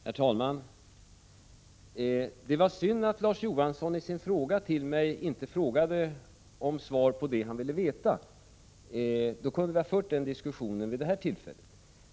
Herr talman! Det var synd att Larz Johansson i sin fråga till mig inte frågade om svar på det han ville veta. Då kunde vi ha fört en diskussion om det vid det här tillfället.